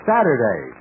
Saturday